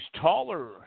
taller